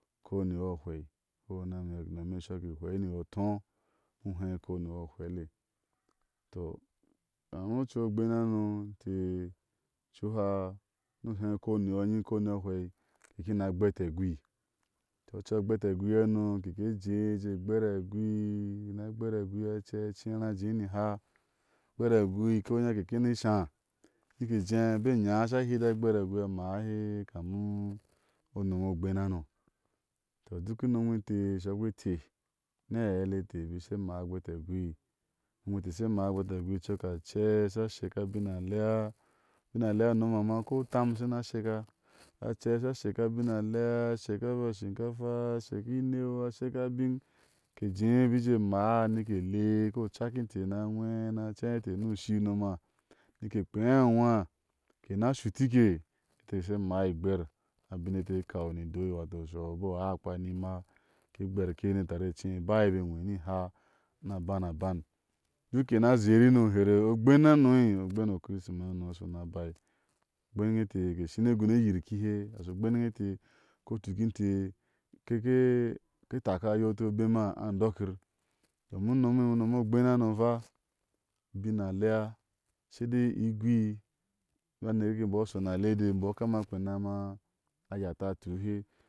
Ukou ni yo ahwei ukou ni a mek, unome shɔ ki hwɛi ni yo ató ohé ukou niyo ahwɛile. tɔ kami o acu ogbén hano, so ocoha, ni ohé ukou ni yo nyiŋ ukou ni yo ahweɛi, keki ni a agbeti a gui ocu agbeti a gui hano, ke he je jéé gber a gui kebik na gbeti agui, a cɛi a cerá a jé ni iha, gber a gui, ko inya keki ni ishá nike jé ibe iŋya asha hide a gber a. gui a mahe kami unom o ogbénhano. tɔ duk unom wete, shɔk pe inte ni aɛle ete e bik she mahia gbeti a gui ke bik she mahi a gbeti a gui, coka a cɛi aɛi a sha sheka abina a lea ubina alɛia u nomha ma, ko utam a shi ni a sheka acɛi a ka sheka a bina alea a shki ba shinkafa, a sheki ineu, a sheka abin, ke jé bik je maa, nike le e ko cakinte na a ŋwhe, ni a cén inte ni ushi unomha, ni ke kpea anwa, ke na shutike, ke she maa igber a binete kau ni idoi, weato shɔu ubo uakpa, ni imaa ke gberke ni itari cén bayir niiha ni a ben aban. duk ke ina zherino hari ogben. hano ogben o kirisima hano. ogbeŋe inte ke shi ni gguni eyir kihe ogbene inte, ko tuk inte keke taka yoti abema a andokir. domin unome, unomo ogben hano fa, ubin alea she dei, igwi a neke imbɔol shɔ ni alede, imbɔɔ kama kpea nima a yata tuhe